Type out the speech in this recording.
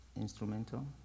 instrumental